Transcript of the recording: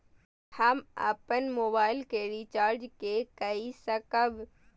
हम अपन मोबाइल के रिचार्ज के कई सकाब?